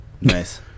Nice